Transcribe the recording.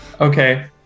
Okay